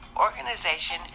organization